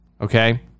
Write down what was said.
okay